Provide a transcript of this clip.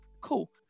cool